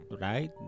right